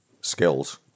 skills